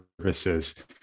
services